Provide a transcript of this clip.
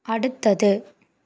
அடுத்தது